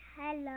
Hello